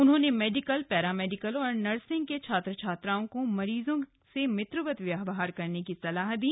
उन्होंने medical paramedical और nursing के छात्र छात्राओं को मरीजों से मित्रवत व्यवहार करने की सलाह दी